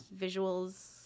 visuals